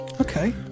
Okay